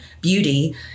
beauty